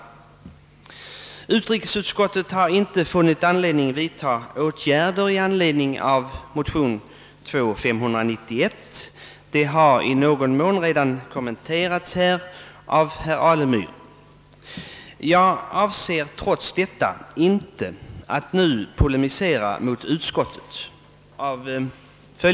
Utrikesutskottet har inte funnit skäl att tillstyrka några åtgärder i anledning av motionen II: 591. Detta har redan i någon mån kommenterats här av herr Alemyr, och jag avser trots allt inte att nu polemisera mot utskottet.